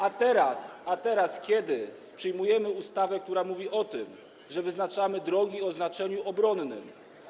A teraz, kiedy przyjmujemy ustawę, która mówi o tym, że wyznaczamy drogi o znaczeniu obronnym.